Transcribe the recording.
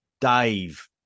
Dave